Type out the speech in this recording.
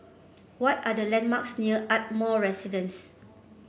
what are the landmarks near Ardmore Residence